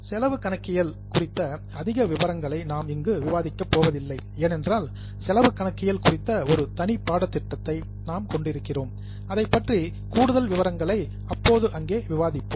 செலவு கணக்கியல் குறித்த அதிக விவரங்களை நாம் இங்கு விவாதிக்கப் போவதில்லை ஏனென்றால் செலவு கணக்கியல் குறித்த ஒரு தனி பாடத்திட்டத்தை நாம் கொண்டிருக்கிறோம் அதைப்பற்றி கூடுதல் விவரங்களை அப்போது அங்கே விவாதிப்போம்